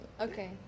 Okay